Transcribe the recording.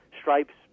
stripes